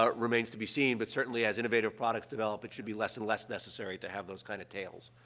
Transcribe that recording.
ah remains to be seen, but certainly as innovative products develop, it should be less and less necessary to have those kind of tails.